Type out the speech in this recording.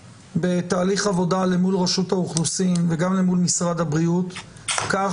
בתהליך עבודה למול רשות האוכלוסין וגם למול משרד הבריאות כך